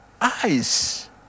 eyes